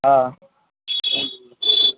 हँ